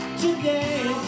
today